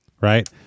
right